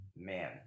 Man